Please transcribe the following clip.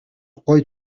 гоё